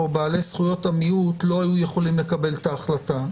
או בעלי זכויות המיעוט לא היו יכולים לקבל את ההחלטה.